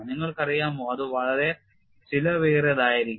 നിങ്ങൾക്കറിയാമോ അത് വളരെ ചെലവേറിയതായിരിക്കും